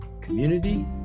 community